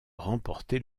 remporter